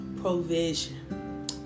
provision